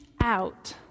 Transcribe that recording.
out